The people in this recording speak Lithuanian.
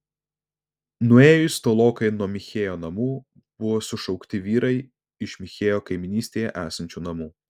nuėjus tolokai nuo michėjo namų buvo sušaukti vyrai iš michėjo kaimynystėje esančių namų